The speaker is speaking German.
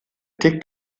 tickt